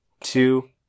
two